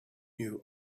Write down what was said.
knew